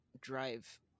drive